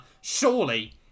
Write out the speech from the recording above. surely